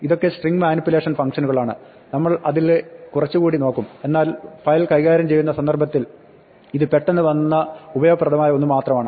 ഇതൊക്ക string manipulation ഫംങ്ക്ഷനുകളാണ് നമ്മൾ അതിലെ കുറച്ചുകൂടി നോക്കും എന്നാൽ ഫയൽ കൈകാര്യം ചെയ്യുന്ന സന്ദർഭത്തിൽ ഇത് പെട്ടെന്ന് വന്ന ഉപയോഗപ്രദമായ ഒന്ന് മാത്രമാണ്